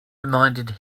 reminded